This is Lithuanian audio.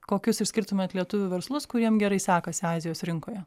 kokius išskirtumėt lietuvių verslus kuriem gerai sekasi azijos rinkoje